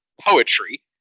poetry